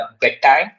bedtime